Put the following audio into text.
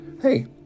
hey